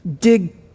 dig